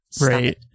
right